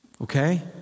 Okay